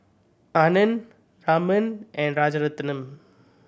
Anand Raman and Rajaratnam